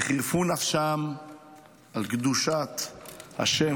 וחירפו נפשם על קדושת השם,